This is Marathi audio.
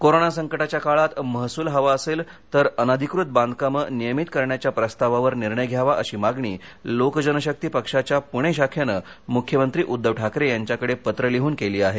कोरोना संकटाच्या काळात महसूल हवा असेल तर अनधिकृत बांधकामं नियमित करण्याच्या प्रस्तावावर निर्णय घ्यावा अशी मागणी लोकजनशक्ती पक्षाच्या पुणे शाखेनं मुख्यमंत्री उद्धव ठाकरे यांच्याकडे पत्र लिह्न केली आहे